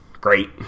great